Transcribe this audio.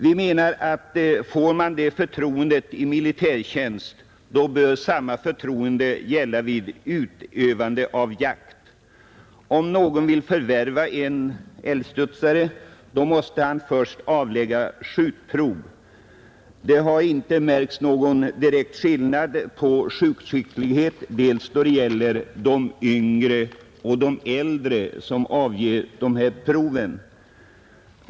Vi menar att får man det förtroendet i militärtjänst, bör samma förtroende gälla vid utövande av jakt. Om någon vill förvärva en älgstudsare, måste han först avlägga skjutprov. Det har inte märkts någon direkt skillnad på skjutskicklighet mellan de yngre och äldre som avlägger dessa prov.